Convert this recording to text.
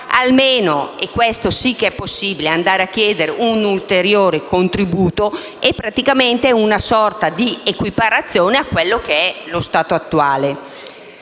almeno - questo sì che è possibile - chiediamo un ulteriore contributo, ovvero una sorta di equiparazione a quello che è lo stato attuale.